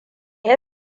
ya